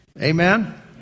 Amen